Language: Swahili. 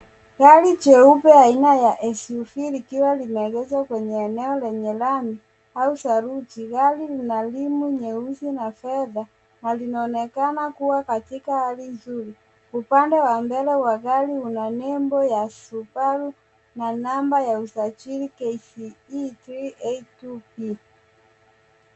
Gari jeupe aina ya SUV likiwa limeegeshwa kwenye eneo lenye rami au saruji. Gari lina rimu nyeusi na fedha na linaonekana kuwa katika hali nzuri. Upande wa mbele wa gari una nembo ya Subaru na namba ya usajili KCE 382B.